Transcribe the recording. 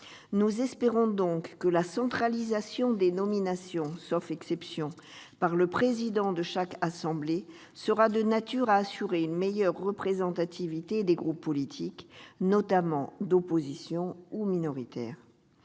Nous espérons donc que la « centralisation » des nominations, sauf exception, par le président de chaque assemblée sera de nature à assurer une meilleure représentation des groupes politiques, notamment d'opposition ou minoritaires.